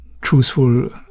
truthful